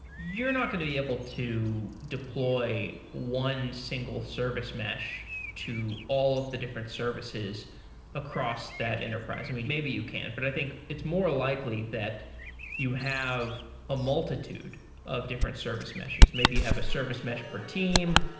you're not going to be able to deploy one single service mesh to all of the different services across that enterprise. i mean, maybe you can, but i think it's more likely that you have a multitude of different service meshes. maybe you have a service mesh per team,